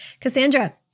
Cassandra